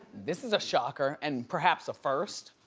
this is a shocker and perhaps a first.